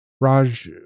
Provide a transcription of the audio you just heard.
Raj